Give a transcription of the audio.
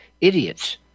idiots